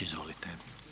Izvolite.